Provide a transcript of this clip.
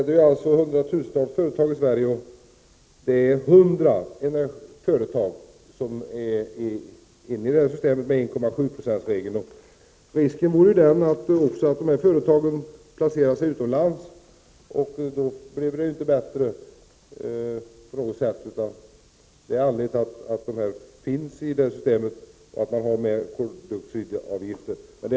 Det finns hundratusentals företag i Sverige, och det är hundra företag som är inne i systemet med 1,7-procentsregeln. Risken är att också de placerar sig utomlands, och då skulle det inte bli bättre på något sätt. Det är anledningen till att de finns i detta system och att koldioxidavgiften finns med.